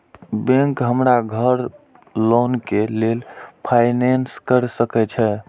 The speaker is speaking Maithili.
बैंक हमरा घर लोन के लेल फाईनांस कर सके छे?